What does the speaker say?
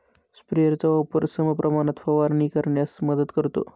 स्प्रेयरचा वापर समप्रमाणात फवारणी करण्यास मदत करतो